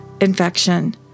infection